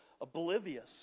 oblivious